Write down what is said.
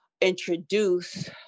introduce